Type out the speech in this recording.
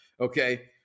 okay